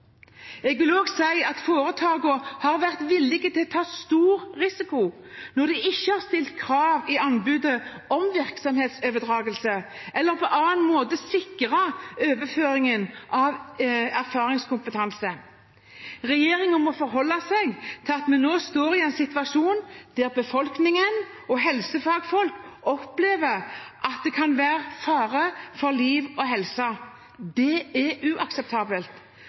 at foretakene har vært villig til å ta stor risiko når de ikke har stilt krav i anbudet om virksomhetsoverdragelse eller på annen måte sikret overføringen av erfaringskompetanse. Regjeringen må forholde seg til at vi nå står i en situasjon der befolkningen og helsefagfolk opplever at det kan være fare for liv og helse. Det er uakseptabelt.